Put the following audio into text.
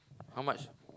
how much